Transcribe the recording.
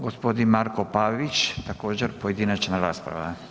Gospodin Marko Pavić također pojedinačna rasprava.